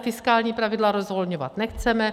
Fiskální pravidla rozvolňovat nechceme.